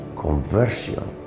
conversion